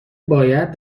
باید